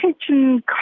kitchen